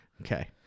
Okay